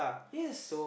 yes